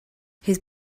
his